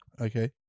okay